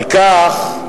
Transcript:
על כך,